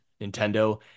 Nintendo